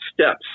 steps